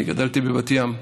אני גדלתי בבת ים.